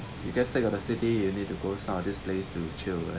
you can say got the city you need to go some of this place to chill right